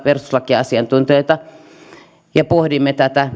perustuslakiasiantuntijoita ja pohdimme tätä